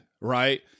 right